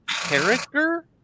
character